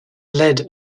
led